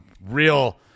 real